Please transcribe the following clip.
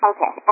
Okay